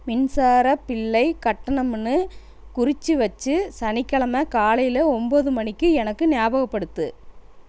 மின்சாரக் பில்லை கட்டணும்னு குறித்து வச்சு சனிக்கிழமை காலையில் ஒம்பது மணிக்கு எனக்கு ஞாபகப்படுத்து